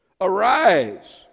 Arise